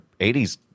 80s